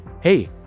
hey